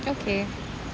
okay